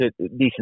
decent